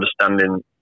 understanding